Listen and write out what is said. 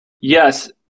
Yes